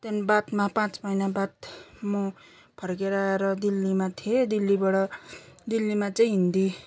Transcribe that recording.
त्यहाँदेखि बादमा पाँच महिना बाद म फर्केर आएर दिल्लीमा थिएँ दिल्लीबाट दिल्लीमा चाहिँ हिन्दी